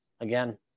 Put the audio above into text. again